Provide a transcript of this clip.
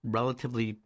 relatively